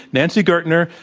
nancy gertner,